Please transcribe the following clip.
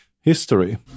history